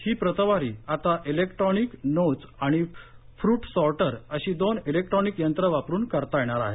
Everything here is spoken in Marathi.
ही प्रतवारी आता इलेक्ट्रॉनिक नोज आणि फ्रूट सॉर्टर अशी दोन इलेक्ट्रॉनिक यंत्र वापरून करता येणार आहे